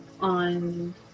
on